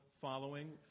following